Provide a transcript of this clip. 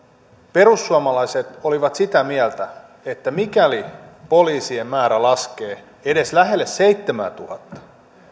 perussuomalaiset olivat sitä mieltä että mikäli poliisien määrä laskee edes lähelle seitsemäätuhatta